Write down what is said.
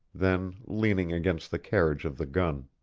then leaning against the carriage of the gun.